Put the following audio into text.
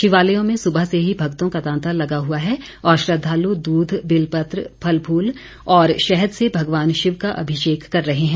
शिवालयों में सुबह से ही भक्तों का तांता लगा हुआ है और श्रद्वाल दूध बिलपत्र फल फूल और शहद से भगवान शिव का अभिषेक कर रहे हैं